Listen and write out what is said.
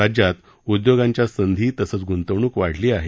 राज्यात उदयोगांच्या संधी तसंच ग्ंतवणूक वाढली आहे